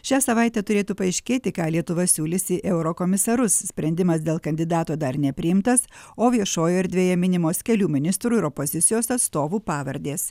šią savaitę turėtų paaiškėti ką lietuva siūlys į eurokomisarus sprendimas dėl kandidato dar nepriimtas o viešojoj erdvėje minimos kelių ministrų ir opozicijos atstovų pavardės